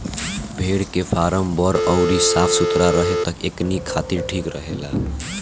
भेड़ के फार्म बड़ अउरी साफ सुथरा रहे त एकनी खातिर ठीक रहेला